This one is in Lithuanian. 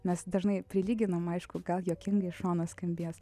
nes dažnai prilyginama aišku gal juokingai iš šono skambės